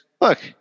look